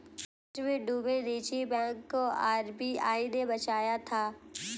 कर्ज में डूबे निजी बैंक को आर.बी.आई ने बचाया था